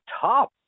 top